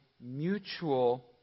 mutual